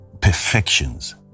Perfections